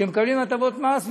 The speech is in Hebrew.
שמקבלים הטבות מס,